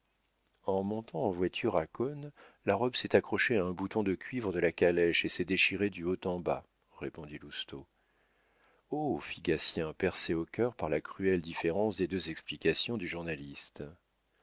en montant en voiture à cosne la robe s'est accrochée à un bouton de cuivre de la calèche et s'est déchirée du haut en bas répondit lousteau oh fit gatien percé au cœur par la cruelle différence des deux explications du journaliste